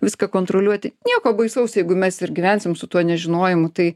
viską kontroliuoti nieko baisaus jeigu mes ir gyvensim su tuo nežinojimu tai